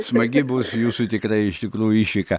smagi bus jūsų tikrai iš tikrųjų išvyka